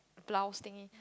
blouse thingie